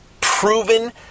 proven